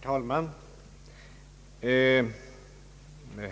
Herr talman!